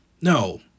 No